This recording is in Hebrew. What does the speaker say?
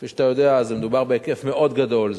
כפי שאתה יודע, מדובר בהיקף מאוד גדול.